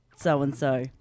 so-and-so